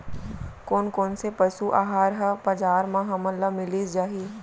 कोन कोन से पसु आहार ह बजार म हमन ल मिलिस जाही?